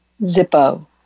Zippo